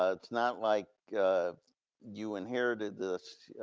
ah it's not like you inherited this,